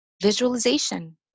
Visualization